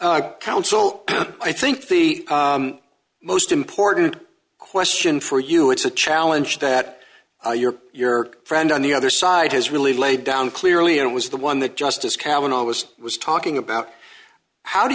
counsel i think the most important question for you it's a challenge that your your friend on the other side has really laid down clearly and was the one that justice kavanagh was was talking about how do